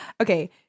okay